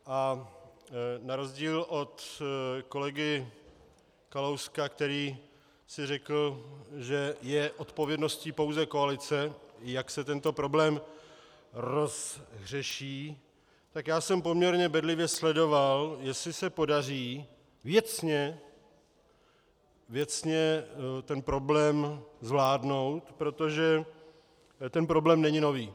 A na rozdíl od kolegy Kalouska, který si řekl, že je odpovědností pouze koalice, jak se tento problém rozřeší, tak já jsem poměrně bedlivě sledoval, jestli se podaří věcně problém zvládnout, protože ten problém není nový.